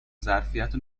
ظرفیت